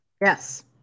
Yes